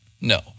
No